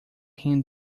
him